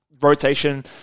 rotation